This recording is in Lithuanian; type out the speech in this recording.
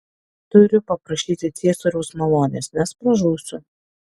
turiu paprašyti ciesoriaus malonės nes pražūsiu